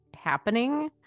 happening